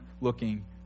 looking